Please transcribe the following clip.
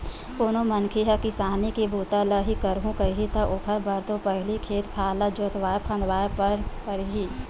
कोनो मनखे ह किसानी के बूता ल ही करहूं कइही ता ओखर बर तो पहिली खेत खार ल जोतवाय फंदवाय बर परही